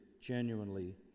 genuinely